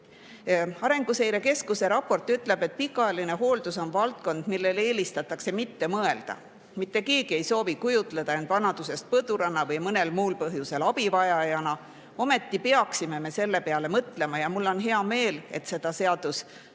Arenguseire Keskuse raport ütleb, et pikaajaline hooldus on valdkond, millele eelistatakse mitte mõelda. Mitte keegi ei soovi kujutleda end vanadusest põdurana või mõnel muul põhjusel abivajajana. Ometi peaksime me selle peale mõtlema. Mul on hea meel, et selle seaduse